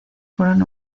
fueron